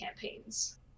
campaigns